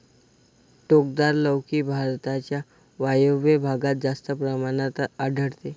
टोकदार लौकी भारताच्या वायव्य भागात जास्त प्रमाणात आढळते